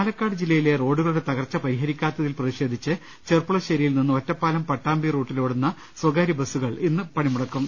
പാലക്കാട് ജില്ലയിലെ റോഡുകളുടെ തകർച്ച പരിഹരിക്കാത്തിൽ പ്രതിഷേധിച്ച് ചെർപ്പുളശ്ശേരിയിൽ നിന്ന് ഒറ്റപ്പാലം പട്ടാമ്പി റൂട്ടിലോടുന്ന സ്ഥകാര്യ ബസുകൾ ഇന്ന് പണിമുടക്കും